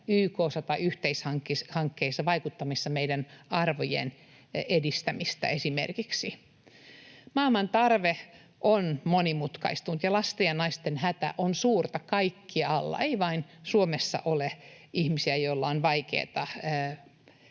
YK:ssa tai yhteishankkeissa vaikuttamassa esimerkiksi meidän arvojemme edistämiseen. Maailman tarve on monimutkaistunut, ja lasten ja naisten hätä on suurta kaikkialla. Ei vain Suomessa ole ihmisiä, joilla on vaikeaa.